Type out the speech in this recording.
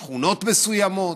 שכונות מסוימות.